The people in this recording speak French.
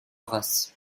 arras